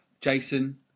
Jason